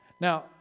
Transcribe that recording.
Now